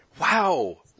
Wow